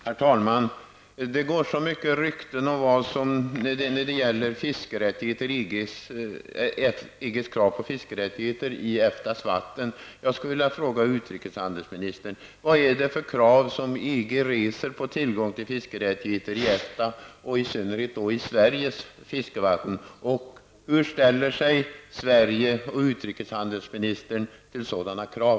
Herr talman! Det går så mycket rykten om EGs krav på fiskerättigheter i EFTAs vatten. Vad är det för krav som EG reser på tillgång till fiskerättigheter i EFTA -- i synnerhet i Sveriges fiskevatten? Hur ställer sig Sverige och utrikeshandelsministern till sådana krav?